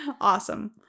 Awesome